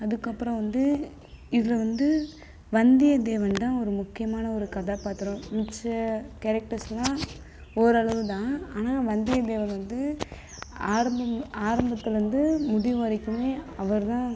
அதுக்கப்புறோம் வந்து இதில் வந்து வந்தியத் தேவன் தான் ஒரு முக்கியமான ஒரு கதாப்பாத்திரம் மிச்சம் கேரக்டர்ஸ்லாம் ஓரளவுதான் ஆனால் வந்தியத் தேவன் வந்து ஆரம்பம் ஆரம்பத்திலேருந்து முடிவு வரைக்குமே அவர் தான்